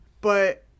but-